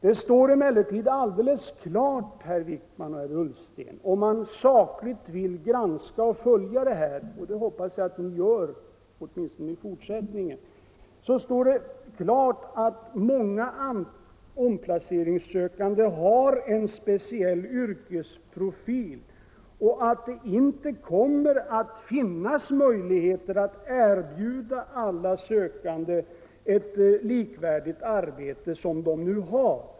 Det står emellertid alldeles klart, herr Wijkman och herr Ullsten, om man sakligt vill granska och följa detta — och det hoppas jag ni gör åtminstone i fortsättningen — att många omplaceringssökande har en speciell yrkesprofil och att det inte kommer att finnas möjligheter att erbjuda alla sökande ett arbete som är likvärdigt med det de nu har.